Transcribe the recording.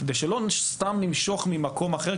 כדי שלא סתם נמשוך ממקום אחר,